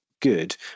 good